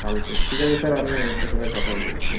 কালকে ঠিক আছে স্যার আমি এসে তাহলে কথা বলছি